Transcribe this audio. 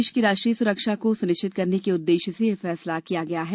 देश की राष्ट्रीय सुरक्षा को सुनिश्चित करने के उद्देश्य से यह फैसला किया गया है